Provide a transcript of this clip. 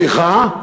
זה ממש,